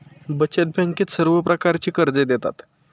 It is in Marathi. बचत बँकेत सर्व प्रकारची कर्जे देतात